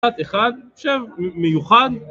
אחד אחד עכשיו מיוחד